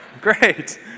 great